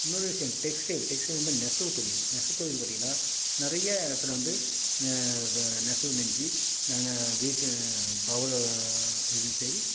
இன்னொரு விஷயம் textile textile வந்து நெசவுத்தொழில் நெசவுத்தொழில் பார்த்திங்கன்னா நிறைய இடத்துல வந்து நெசவு நெஞ்சி நாங்கள் வீட்டு இதுவும் சரி